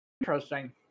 Interesting